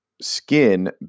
skin